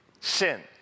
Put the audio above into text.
sin